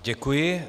Děkuji.